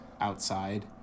outside